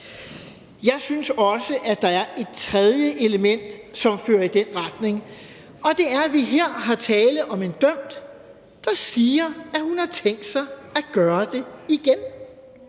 Jeg synes også, der er et tredje element, som fører i den retning, og det er, at der her er tale om en dømt, der siger, at hun har tænkt sig at gøre det igen.